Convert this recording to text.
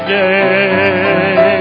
day